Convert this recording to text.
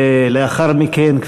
לאחר מכן,